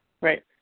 Right